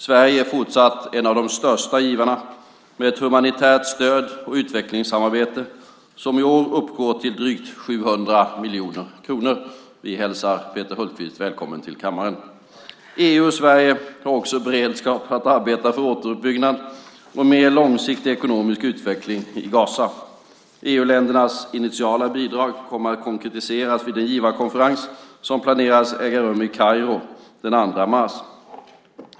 Sverige är fortsatt en av de största givarna, med ett humanitärt stöd och utvecklingssamarbete som i år uppgår till drygt 700 miljoner kronor. Vi hälsar Peter Hultqvist välkommen till kammaren. EU och Sverige har också beredskap att arbeta för återuppbyggnad och en mer långsiktig ekonomisk utveckling i Gaza. EU-ländernas initiala bidrag kommer att konkretiseras vid den givarkonferens som planeras äga rum i Kairo den 2 mars.